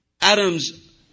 Adam's